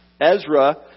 Ezra